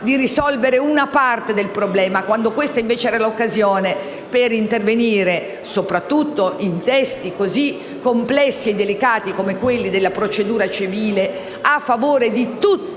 di risolvere una parte del problema, quando questa era l'occasione per intervenire, soprattutto in testi così complessi e delicati come quelli della procedura civile, a favore di tutte